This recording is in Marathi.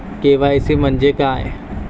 के.वाय.सी म्हंजे काय?